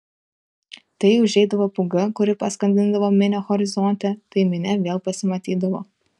tai užeidavo pūga kuri paskandindavo minią horizonte tai minia vėl pasimatydavo